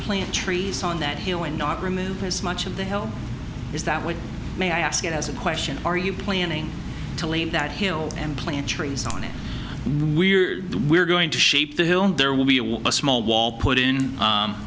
plant trees on that hill and not remove as much of the help is that what may i ask it as a question are you planning to leave that hill and plant trees on it we're we're going to shape the hill and there will be a wall a small wall put in